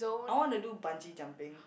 I want to do bungee jumping